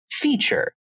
feature